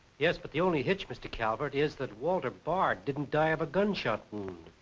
yes, but the only hitch, mr. calvert, is that walter bard didn't die of a gunshot wound.